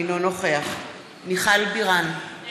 אינו נוכח מיכל בירן,